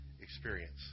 experience